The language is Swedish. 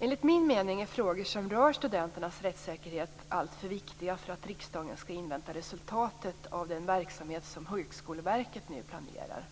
Enligt min mening är frågor som rör studenternas rättssäkerhet alltför viktiga för att riksdagen skall invänta resultatet av den verksamhet som Högskoleverket nu planerar.